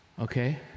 okay